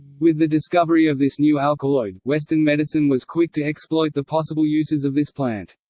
with the discovery of this new alkaloid, western medicine was quick to exploit the possible uses of this plant.